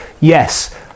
Yes